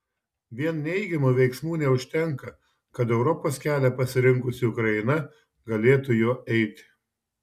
vien neigiamų veiksmų neužtenka kad europos kelią pasirinkusi ukraina galėtų juo eiti